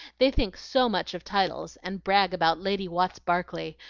they think so much of titles, and brag about lady watts barclay,